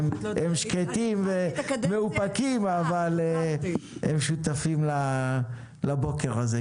הם שקטים ומאופקים אבל הם שותפים לבוקר הזה.